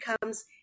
becomes